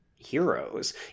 heroes